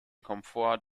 komfort